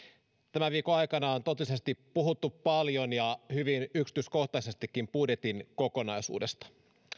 tämän viikon aikana on totisesti puhuttu paljon ja hyvin yksityiskohtaisestikin budjetin kokonaisuudesta